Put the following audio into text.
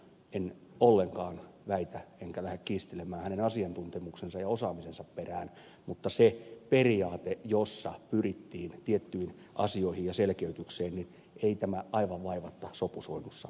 en ollenkaan väitä enkä lähde kiistelemään sen edustajan asiantuntemuksen ja osaamisen perään joka sinne on valittu mutta sen periaatteen kanssa jossa pyrittiin tiettyihin asioihin ja selkeytykseen ei tämä aivan vaivatta sopusoinnussa ole